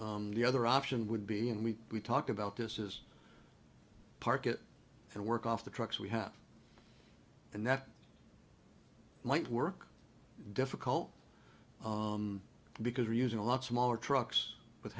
the other option would be and we we talked about this is park it and work off the trucks we have and that might work difficult because we're using a lot smaller trucks